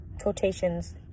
quotations